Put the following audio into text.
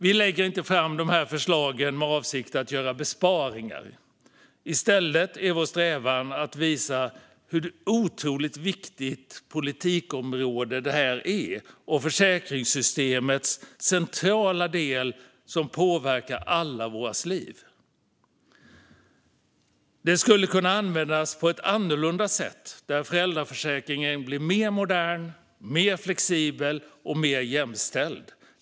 Vi lägger inte fram dessa förslag med avsikten att göra besparingar. I stället är vår strävan att visa hur otroligt viktigt detta politikområde är. Försäkringssystemen påverkar allas våra liv och skulle kunna användas på ett annorlunda sätt så att föräldraförsäkringen blir mer modern, mer flexibel och mer jämställd.